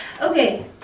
okay